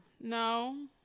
No